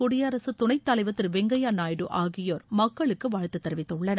குடியரசுத் துணை தலைவர் திரு வெங்கய்யா நாயுடு ஆகியோர் மக்களுக்கு வாழ்த்து தெரிவித்துள்ளனர்